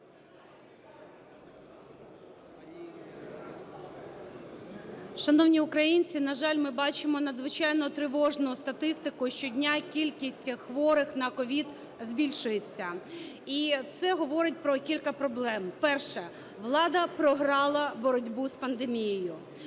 Шановні українці, на жаль, ми бачимо надзвичайно тривожну статистику: щодня кількість хворих на COVID збільшується. І це говорить про кілька проблем. Перше. Влада програла боротьбу з пандемією.